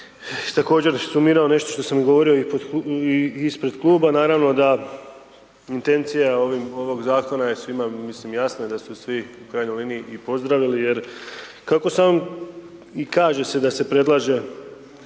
bi također sumirao nešto što sam i govorio i ispred kluba. Naravno da intencija ovog Zakona je svima, mislim jasno je da su svi u krajnjoj liniji i pozdravili jer kako se on i kaže se da se predlaže